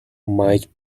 might